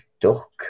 duck